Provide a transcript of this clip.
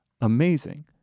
amazing